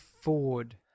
Ford